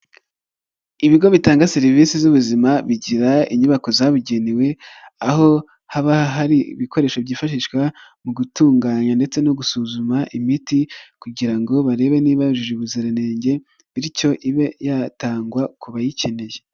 Ibigo bitanga serivisi z'ubuzima bigira inyubako zabugenewe aho haba hari ibikoresho byifashishwa mu gutunganya ndetse no gusuzuma imiti kugira ngo barebe niba yujuje ubuziranenge bityo ibe yatangwa ku bayikeneye.